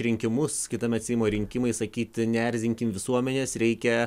rinkimus kitąmet seimo rinkimai sakyti neerzinkim visuomenės reikia